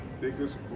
Biggest